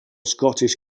scottish